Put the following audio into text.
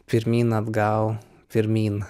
pirmyn atgal pirmyn